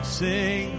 sing